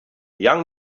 young